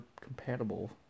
compatible